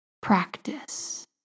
practice